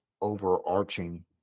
overarching